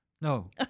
No